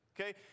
Okay